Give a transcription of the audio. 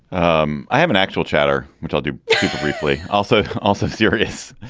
um i haven't actual chatter, which i'll do briefly. also also serious.